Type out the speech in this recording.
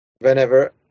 whenever